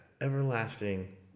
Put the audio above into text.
everlasting